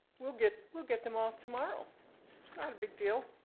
we'll get we'll get them off tomorrow. not a big deal.